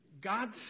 God's